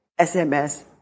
SMS